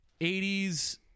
80s